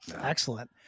Excellent